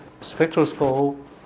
spectroscope